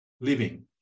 living